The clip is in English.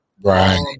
Right